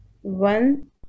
one